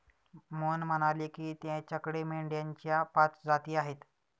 मोहन म्हणाले की, त्याच्याकडे मेंढ्यांच्या पाच जाती आहेत